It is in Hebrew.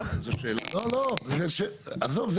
עזוב,